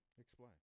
Explain